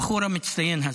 הבחור המצטיין הזה,